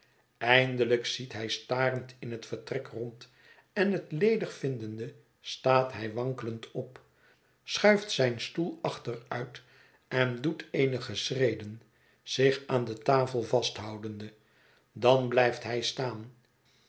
eindelijk ziet hij starend in het vertrek rond en het ledig vindende staat hij wankelend op schuift zijn stoel achteruit en doet eenige schreden zich aan de tafel vasthoudende dan blijft hij staan